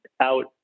out